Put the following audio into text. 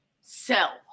sell